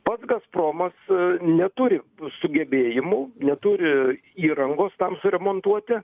pats gazpromas neturi sugebėjimų neturi įrangos tam suremontuoti